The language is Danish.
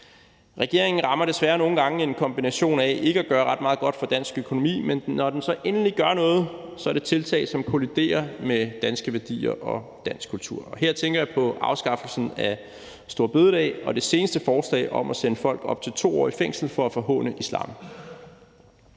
Regeringen rammer desværre ofte en kombination af ikke at gøre ret meget godt for dansk økonomi og af, at når den så endelig gør noget, er det tiltag, som kolliderer med danske værdier og dansk kultur. Her tænker jeg på afskaffelsen af store bededag og det seneste forslag om at sende folk op til 2 år i fængsel for at forhåne islam.